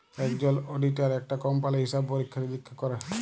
একজল অডিটার একটা কম্পালির হিসাব পরীক্ষা লিরীক্ষা ক্যরে